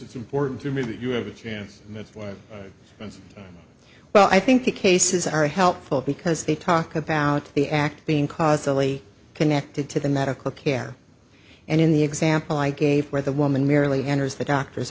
it's important to me that you have a chance and that's why well i think the cases are helpful because they talk about the act being causally connected to the medical care and in the example i gave where the woman merely enters the doctor's